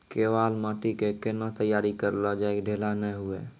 केवाल माटी के कैना तैयारी करिए जे ढेला नैय हुए?